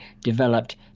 developed